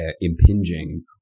impinging